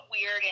weird